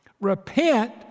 Repent